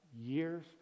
years